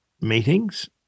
meetings